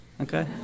okay